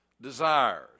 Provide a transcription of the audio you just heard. desires